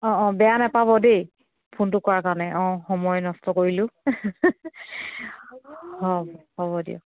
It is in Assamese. অঁ অঁ বেয়া নেপাব দেই ফোনটো কৰাৰ কাৰণে অঁ সময় নষ্ট কৰিলোঁ হ'ব দিয়ক